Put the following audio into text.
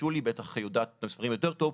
שולי בטח יודעת את המספרים יותר טוב,